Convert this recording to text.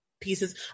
pieces